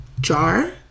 Jar